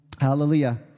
Hallelujah